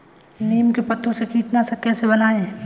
नीम के पत्तों से कीटनाशक कैसे बनाएँ?